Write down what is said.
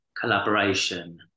collaboration